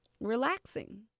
Relaxing